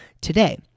today